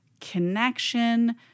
connection